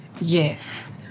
Yes